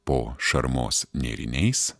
po šarmos nėriniais